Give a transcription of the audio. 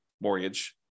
mortgage